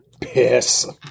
Piss